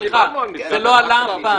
סליחה, זה לא עלה אף פעם.